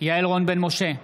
יעל רון בן משה,